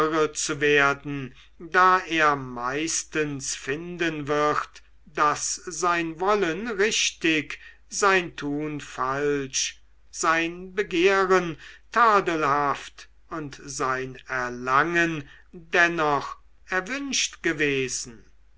zu werden da er meistens finden wird daß sein wollen richtig sein tun falsch sein begehren tadelhaft und sein erlangen dennoch erwünscht gewesen